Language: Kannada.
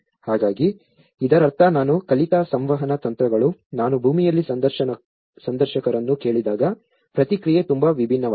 ಹಾಗಾಗಿ ಇದರರ್ಥ ನಾನು ಕಲಿತ ಸಂವಹನ ತಂತ್ರಗಳು ನಾನು ಭೂಮಿಯಲ್ಲಿ ಸಂದರ್ಶಕರನ್ನು ಕೇಳಿದಾಗ ಪ್ರತಿಕ್ರಿಯೆ ತುಂಬಾ ವಿಭಿನ್ನವಾಗಿದೆ